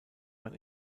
man